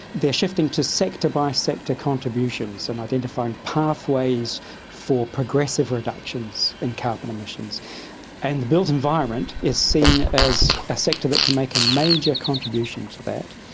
they are shifting to sector by sector contributions and identifying pathways for progressive reductions in carbon emissions and the built environment is seen as a sector that can make a major contribution to that.